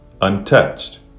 untouched